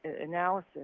analysis